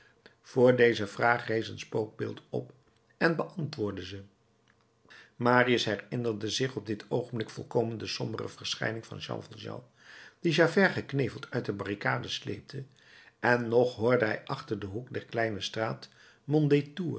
voor deze vraag rees een spookbeeld op en beantwoordde ze marius herinnerde zich op dit oogenblik volkomen de sombere verschijning van jean valjean die javert gekneveld uit de barricade sleepte en nog hoorde hij achter den hoek der kleine straat